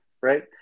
right